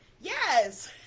Yes